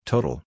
Total